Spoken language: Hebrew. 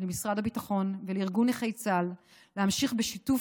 למשרד הביטחון ולארגון נכי צה"ל להמשיך בשיתוף